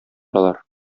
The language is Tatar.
алар